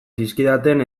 zizkidaten